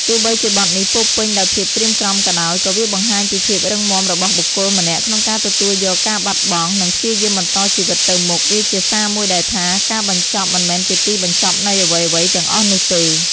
ទោះបីជាបទនេះពោរពេញដោយភាពក្រៀមក្រំក៏ដោយ ក៏វាបង្ហាញពីភាពរឹងមាំរបស់បុគ្គលម្នាក់ក្នុងការទទួលយកការបាត់បង់ និងព្យាយាមបន្តជីវិតទៅមុខ វាជាសារមួយដែលថា ការបញ្ចប់មិនមែនជាទីបញ្ចប់នៃអ្វីៗទាំងអស់នោះទេ។